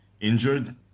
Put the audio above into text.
injured